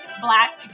Black